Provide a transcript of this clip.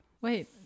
wait